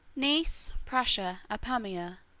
nice, prusa, apamaea,